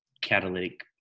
catalytic